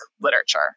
literature